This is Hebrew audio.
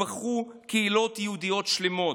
נטבחו קהילות יהודיות שלמות.